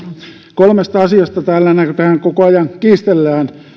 kolmesta asiasta täällä näköjään koko ajan kiistellään